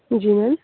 जी ma'am